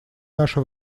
наше